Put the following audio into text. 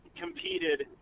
competed